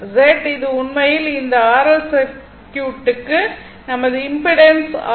Z இது உண்மையில் இந்த R L சர்க்யூட்டுக்கு நமது இம்பிடன்ஸ் ஆகும்